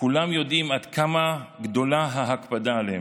עד כמה גדולה ההקפדה עליהם.